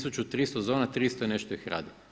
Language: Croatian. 1300 zona, 300 i nešto ih radi.